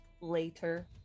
later